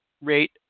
rate